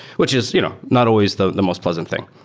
which is you know not always the the most pleasant thing.